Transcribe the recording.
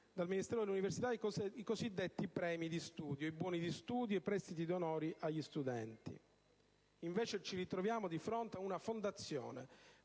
dal Ministero dell'università i cosiddetti premi di studio, i buoni di studio e i prestiti d'onore agli studenti. Invece, ci ritroviamo di fronte ad un fondazione,